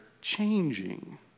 changing